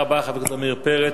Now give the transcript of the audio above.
תודה רבה, חבר הכנסת עמיר פרץ.